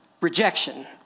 rejection